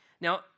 Now